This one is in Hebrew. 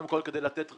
קודם כול כדי לתת רקע.